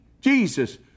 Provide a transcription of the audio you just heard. Jesus